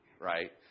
right